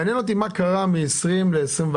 מעניין אותי מה קרה משנת 2020 ל-2021.